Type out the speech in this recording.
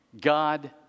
God